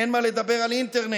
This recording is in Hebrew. אין מה לדבר על אינטרנט.